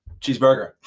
cheeseburger